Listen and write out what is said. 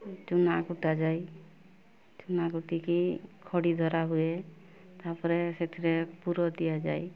ଚୁନା କୁଟାଯାଇ ଚୁନା କୁଟିକି ଖଡ଼ି ଧରା ହୁଏ ତାପରେ ସେଥିରେ ପୁର ଦିଆଯାଇ